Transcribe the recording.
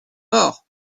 mort